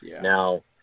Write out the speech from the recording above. Now